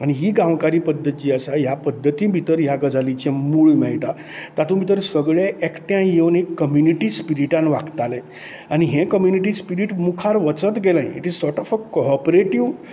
आनी ही गांवकारी पद्धत जी आसा ह्या पद्धती भितर ह्या गजालीचें मूळ मेळटा तातूंत भितर सगळे एकठांय येवन एक कम्यूनिटी स्पिरिटान वागताले आनी हें कम्यूनिटी स्पिरिट मुखार वचत गेलें it is a sort of a cooperative